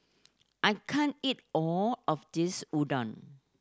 I can't eat all of this Udon